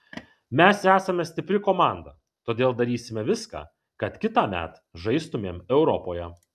mes esame stipri komanda todėl darysime viską kad kitąmet žaistumėm europoje